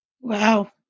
Wow